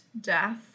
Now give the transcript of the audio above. death